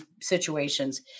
situations